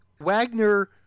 Wagner